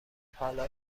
حالا